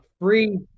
Free